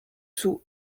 sous